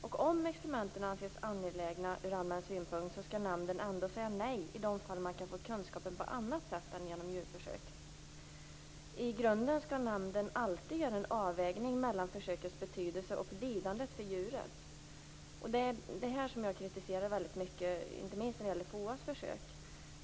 Även om experiment anses angelägna ur allmän synpunkt skall nämnden säga nej i de fall där man kan få kunskapen på annat sätt än genom djurförsök. I grunden skall nämnden alltid göra en avvägning mellan försökets betydelse och lidandet för djuret. Det är detta som jag kritiserar väldigt mycket, inte minst när det gäller FOA:s försök.